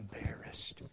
embarrassed